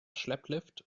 schlepplift